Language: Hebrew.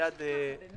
--- מייד, עודד.